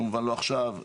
כמובן לא עכשיו,